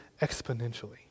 exponentially